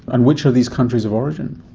and which are these countries of origin?